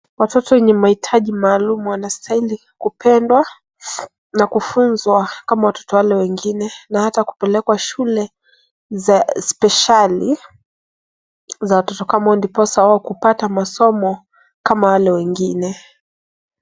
Watoto wenye mahitaji maalum wanastahili kupendwa na kufunzwa kama watoto wale wengine na hata kupelekwa shule za speshali za watoto kama hao ndiposa kupata masomo kama wale wengine.